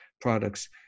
products